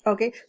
Okay